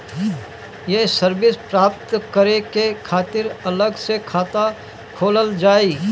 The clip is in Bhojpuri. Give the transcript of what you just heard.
ये सर्विस प्राप्त करे के खातिर अलग से खाता खोलल जाइ?